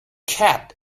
cat